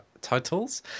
titles